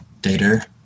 data